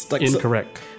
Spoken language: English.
Incorrect